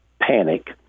panic